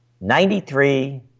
Ninety-three